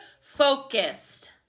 focused